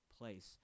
Place